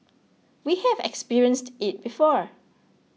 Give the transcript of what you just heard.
we have experienced it before